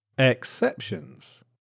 exceptions